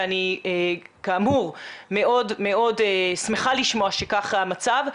ואני כאמור מאוד מאוד שמחה לשמוע שכך המצב,